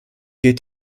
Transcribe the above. geht